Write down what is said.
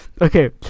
Okay